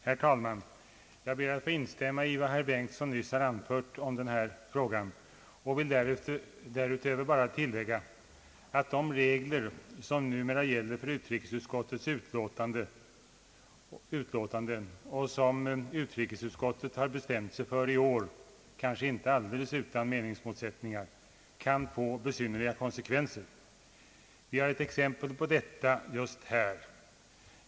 Herr talman! Jag ber att få instämma i vad herr Bengtson nyss har anfört i denna fråga. Jag vill därutöver bara tillägga att de regler som numera gäller för utrikesutskottets utlåtanden och som utrikesutskottet har bestämt sig för i år, kanske inte alldeles utan meningsmotsättningar, kan få besynnerliga konsekvenser. Vi har ett exempel på detta just här.